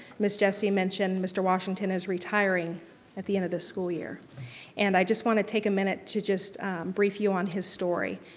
ms. jessie mention mr. washington is retiring at the end of this school year and i just wanna take a minute to just brief you on his story.